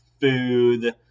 food